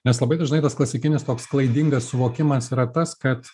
nes labai dažnai tas klasikinis toks klaidingas suvokimas yra tas kad